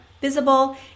visible